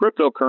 cryptocurrency